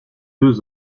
deux